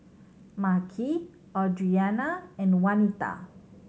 Makhi Audrianna and Wanita